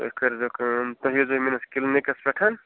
تُہۍ کٔرۍزیٚو کٲم تُہۍ ییٖزیٚو میٛٲنِس کِلنِکَس پٮ۪ٹھ